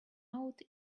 out